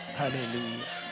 hallelujah